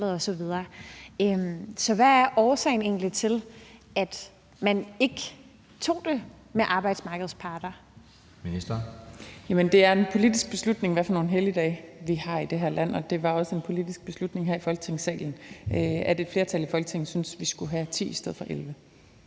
Kl. 20:21 Beskæftigelsesministeren (Ane Halsboe-Jørgensen): Jamen det er en politisk beslutning, hvad for nogle helligdage vi har i det her land, og det var også en politisk beslutning her i Folketingssalen, at et flertal i Folketinget syntes, vi skulle have 10 i stedet for 11.